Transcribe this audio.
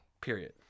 period